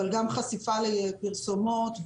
אבל גם חשיפה לפרסומות,